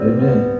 Amen